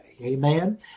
Amen